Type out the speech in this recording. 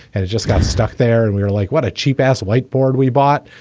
and it just got stuck there. and we were like, what a cheap ass whiteboard we bought,